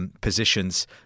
Positions